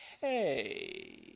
hey